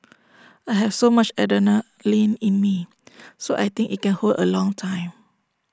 I have so much adrenaline in me so I think IT can hold A long time